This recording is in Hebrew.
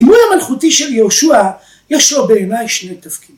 ‫דימוי המלכותי של יהושע ‫יש לו בעיניי שני תפקידים.